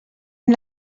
amb